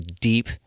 deep